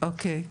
אוקי תודה.